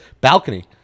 balcony